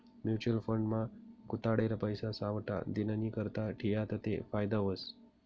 mutual fund मा गुताडेल पैसा सावठा दिननीकरता ठियात ते फायदा व्हस